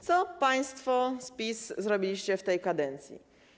Co państwo z PiS zrobiliście w tej kadencji?